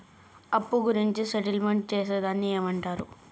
అప్పు గురించి సెటిల్మెంట్ చేసేదాన్ని ఏమంటరు?